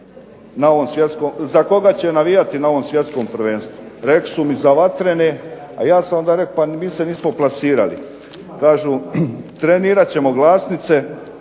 za koga će navijati na ovom svjetskom prvenstvu. Rekli su mi za Vatrene, a ja sam onda rekao a mi se nismo plasirali. Kažu, trenirat ćemo glasnice